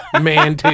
Man